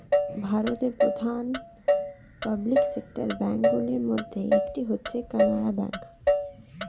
ভারতের প্রধান public sector bank গুলির মধ্যে একটি হচ্ছে কানারা ব্যাঙ্ক